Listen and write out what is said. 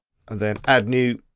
and then add new,